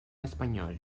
español